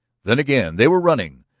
then again they were running,